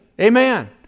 Amen